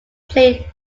played